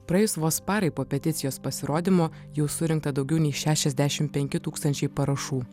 praėjus vos parai po peticijos pasirodymo jau surinkta daugiau nei šešiasdešimt penki tūkstančiai parašų